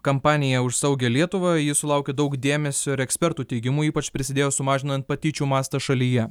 kampanija už saugią lietuvą ji sulaukė daug dėmesio ir ekspertų teigimu ypač prisidėjo sumažinant patyčių mastą šalyje